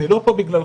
אני לא פה בגללך,